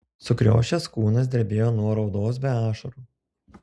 sukriošęs kūnas drebėjo nuo raudos be ašarų